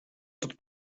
тут